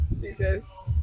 Jesus